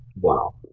Wow